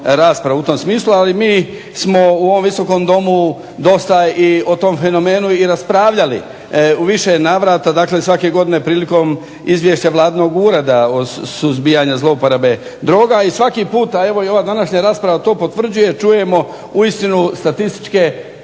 u tom smislu. Ali mi smo u ovom Visokom domu dosta i o tom fenomenu i raspravljali u više navrata. Dakle, svake godine prilikom izvješća Vladinog ureda o suzbijanju zlouporabe droga i svaki puta, evo i ova današnja rasprava to potvrđuje čujemo uistinu statističke podatke